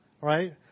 right